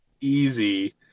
easy